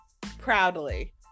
proudly